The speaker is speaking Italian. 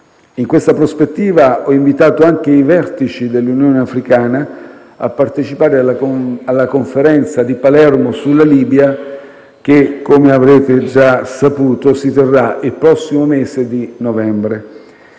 In questa prospettiva, ho invitato i vertici dell'Unione africana a partecipare alla Conferenza di Palermo sulla Libia, che - come avrete già saputo - si terrà il prossimo mese di novembre.